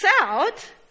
out